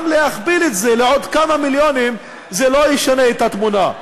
גם להכפיל את זה לעוד כמה מיליונים לא ישנה את התמונה.